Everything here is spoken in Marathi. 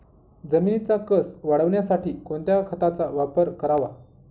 जमिनीचा कसं वाढवण्यासाठी कोणत्या खताचा वापर करावा?